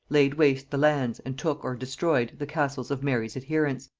laid waste the lands and took or destroyed the castles of mary's adherents.